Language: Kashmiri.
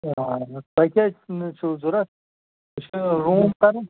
آہَن حظ تۄہہِ کیٛاہ چھُو مےٚ سُہ ضروٗرت ژےٚ چھِیا روٗم کَرٕنۍ